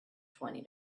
twenty